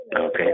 Okay